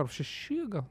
ar šeši gal